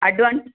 advance